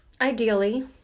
Ideally